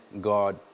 God